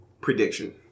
prediction